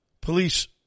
police